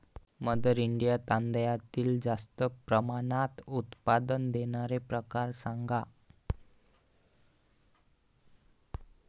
mother India तांदळातील जास्त प्रमाणात उत्पादन देणारे प्रकार सांगा